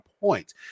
point